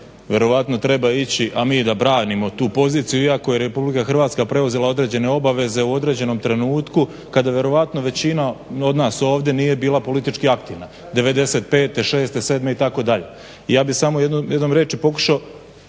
vjerojatno treba ići, a mi da branimo tu poziciju iako je RH preuzela određene obaveze u određenom trenutku kada je vjerojatno većina od nas ovdje nije bila politički aktivna 95., 96. 97. itd. Ja bih samo jednom riječju pokušao